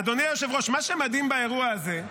אדוני היושב-ראש, מה שמדהים באירוע הזה,